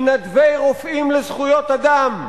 מתנדבי "רופאים לזכויות אדם"